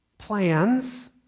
plans